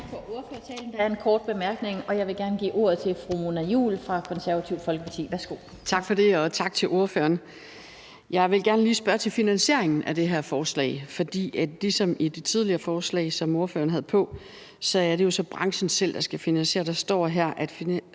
Tak for ordførertalen.